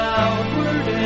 outward